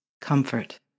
comfort